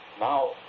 Now